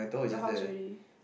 your house already